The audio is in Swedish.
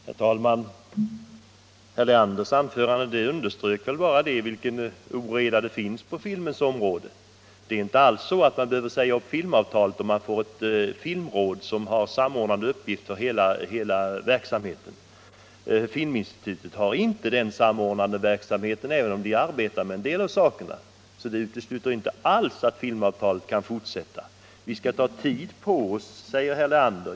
Herr talman! Herr Leanders anförande underströk bara vilken oreda det finns på filmens område. Det är inte alls så att man behöver säga upp filmavtalet för att man får ett filmråd med samordnande uppgifter. Filminstitutet har inte den samordnande verksamheten, även om det arbetar med en del av saken. En sådan samordning utesluter inte alls att filmavtalet kan fortsätta. Vi skall ta tid på oss, säger herr Leander.